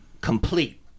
complete